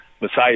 Messiah